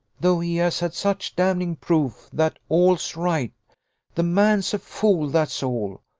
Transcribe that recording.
though he has had such damning proof that all's right the man's a fool, that's all.